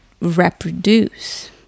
reproduce